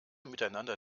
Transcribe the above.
miteinander